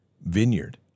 Vineyard